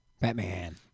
Batman